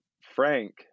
Frank